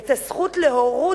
את הזכות להורות,